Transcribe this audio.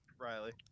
Riley